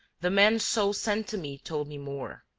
the man so sent to me told me more.